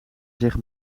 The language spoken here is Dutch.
zich